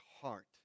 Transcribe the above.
heart